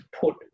put